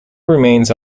remains